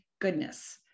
goodness